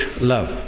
love